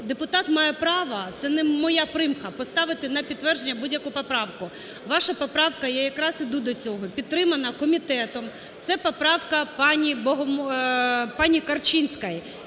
депутат має право, це не моя примха, поставити на підтвердження будь-яку правку. Ваша поправка, я якраз іду до цього, підтримана комітетом. Це поправка пані Корчинської,